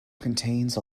contains